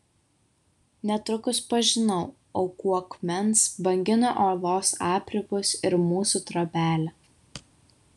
netrukus pažinau aukų akmens banginio uolos apribus ir mūsų trobelę